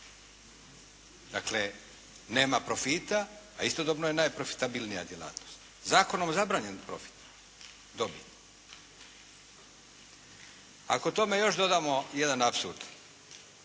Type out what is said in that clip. Dakle, nema profita a istodobno je najprofitabilnija djelatnost. Zakonom je zabranjen profit, dobit. Ako tome još dodamo jedan apsurd